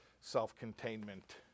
self-containment